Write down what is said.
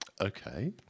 Okay